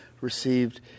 received